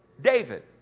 David